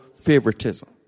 favoritism